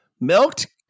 milked